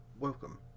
Welcome